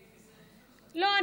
לא.